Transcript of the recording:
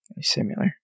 similar